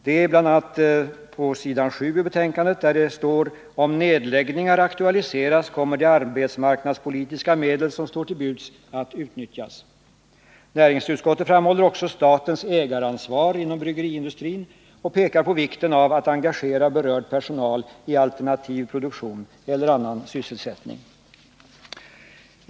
Det heter bl.a. på s. 7 i betänkandet: ”Om nedläggningar aktualiseras kommer de arbetsmarknadspolitiska medel som står till buds att utnyttjas ———.” Näringsutskottet framhåller också statens ägaransvar inom bryggeriindustrin och pekar på vikten av att engagera berörd personal i alternativ produktion eller annan sysselsättning.